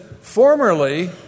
formerly